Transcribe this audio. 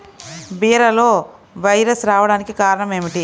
బీరలో వైరస్ రావడానికి కారణం ఏమిటి?